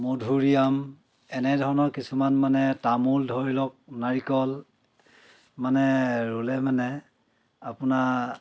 মধুৰি আম এনে ধৰণৰ কিছুমান মানে তামোল ধৰি লওক নাৰিকল মানে ৰুলে মানে আপোনাৰ